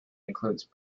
includes